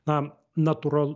na natūralu